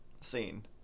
scene